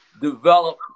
develop